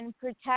protect